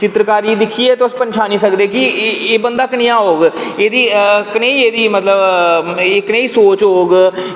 चित्रकारी दिक्खियै तुस पंछानी सकदे कि एह् बंदा कनेहा होग कनेही एहदी मतलब कनेही सोच होग